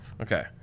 Okay